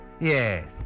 Yes